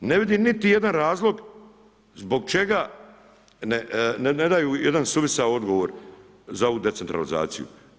Ne vidim niti jedan razlog zbog čega ne daju jedan suvisao odgovor za ovu decentralizaciju.